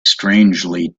strangely